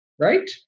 Right